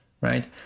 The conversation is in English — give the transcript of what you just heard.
right